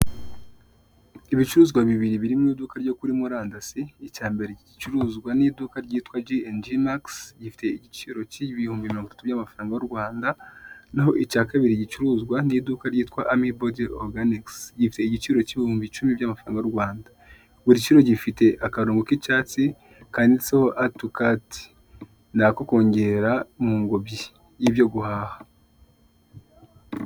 Ibicuruzwa bibiri biri mu iduka ryo kuri murandasi, icyambere gicuruzwa n'iduka ryitwa ji enjimagisi gifite igiciro cy'ibihumbi mirongo itatu by'amafaranga y'u Rwanda, icyakabiri gicuruzwa n'iduka ryitwa amibodi oruganikisi, gifite igiciro cy'ibihumbi icumi by'amafaranga y'u Rwanda, buri giciro gifite akarongo k'icyatsi kanditseho adi tu kati, ni ako kongera mu ngombyi y'ibyo guhaha.